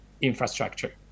infrastructure